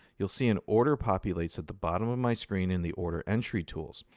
you'll see an order populates at the bottom of my screen in the order entry tools.